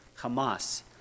Hamas